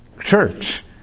church